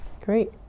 Great